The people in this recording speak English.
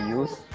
use